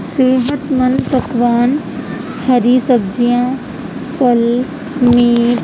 صحت مند پکوان ہری سبزیاں پھل میٹ